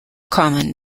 common